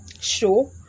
show